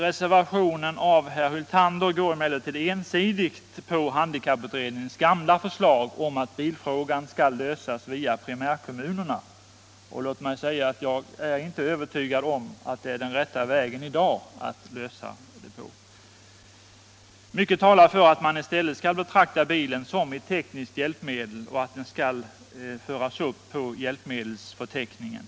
Reservationen av herr Hvltander följer emellertid ensidigt handikapputredningens gamla förslag om att bilfrågan skall lösas via primärkommunerna. Jag är inte övertygad om att det är den rätta vägen i dag att lösa frågan. Mycket talar för att man i stället skall betrakta bilen som ett tekniskt hjälpmedel och att den skall föras upp på hjälpmedelsförteckningen.